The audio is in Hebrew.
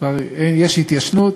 כבר יש התיישנות,